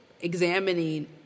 examining